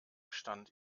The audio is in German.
stand